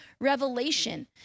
revelation